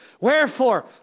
Wherefore